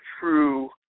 true